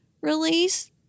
release